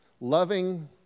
loving